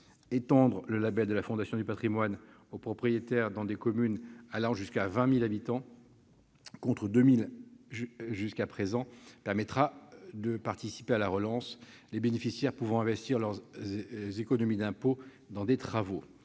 du label de la Fondation du patrimoine. L'extension de ce label aux propriétaires dans des communes allant jusqu'à 20 000 habitants, contre 2 000 habitants jusqu'à présent, permettra de participer à la relance, les bénéficiaires pouvant investir leurs économies d'impôts dans des travaux.